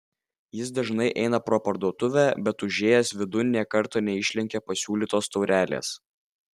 jis dažnai eina pro parduotuvę bet užėjęs vidun nė karto neišlenkė pasiūlytos taurelės